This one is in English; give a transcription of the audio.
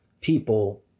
people